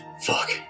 Fuck